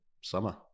summer